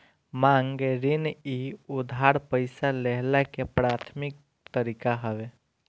मांग ऋण इ उधार पईसा लेहला के प्राथमिक तरीका हवे